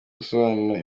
gusobanura